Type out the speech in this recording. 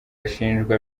ashinjwa